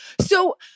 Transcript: So-